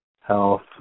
health